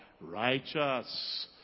Righteous